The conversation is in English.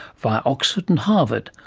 via oxford and harvard,